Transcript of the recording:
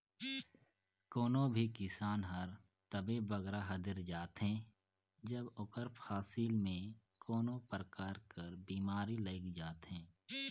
कोनो भी किसान हर तबे बगरा हदेर जाथे जब ओकर फसिल में कोनो परकार कर बेमारी लइग जाथे